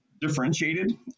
differentiated